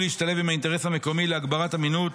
להשתלב עם האינטרס המקומי להגברת אמינות